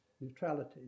neutrality